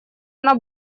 она